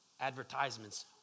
advertisements